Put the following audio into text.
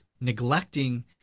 neglecting